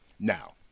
Now